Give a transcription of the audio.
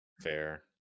Fair